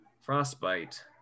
frostbite